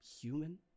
human